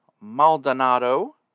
Maldonado